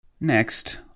Next